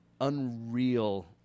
unreal